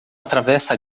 atravessa